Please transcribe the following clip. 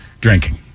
drinking